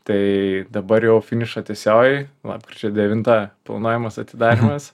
tai dabar jau finišo tiesiojoj lapkričio devintą planuojamas atidarymas